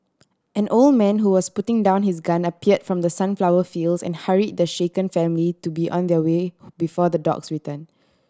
an old man who was putting down his gun appeared from the sunflower fields and hurry the shaken family to be on their way before the dogs return